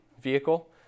vehicle